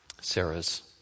Sarah's